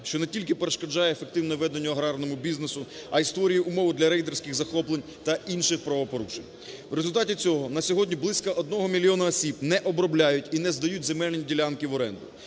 що не тільки перешкоджає ефективному веденню аграрного бізнесу, але й створює умови для рейдерських захоплень та інших правопорушень. В результаті цього на сьогодні близько одного мільйона осіб не обробляють і не здають земельні ділянки в оренду.